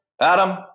Adam